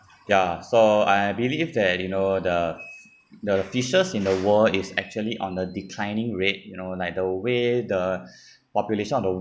ya so I believe that you know the the fishes in the world is actually on a declining rate you know like the way the population of the world